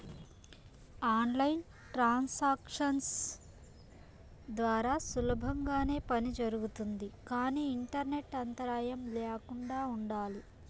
on line transactions ద్వారా సులభంగానే పని జరుగుతుంది కానీ ఇంటర్నెట్ అంతరాయం ల్యాకుండా ఉండాలి